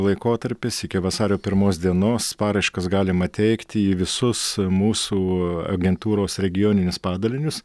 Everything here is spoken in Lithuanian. laikotarpis iki vasario pirmos dienos paraiškas galima teikti į visus mūsų agentūros regioninius padalinius